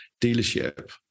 dealership